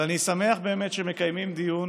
אני שמח באמת שמקיימים דיון